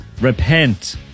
Repent